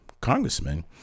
congressman